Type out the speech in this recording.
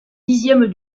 dixième